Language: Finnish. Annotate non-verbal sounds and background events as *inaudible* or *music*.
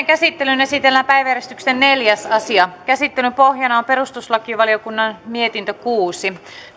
*unintelligible* käsittelyyn esitellään päiväjärjestyksen neljäs asia käsittelyn pohjana on perustuslakivaliokunnan mietintö kuusi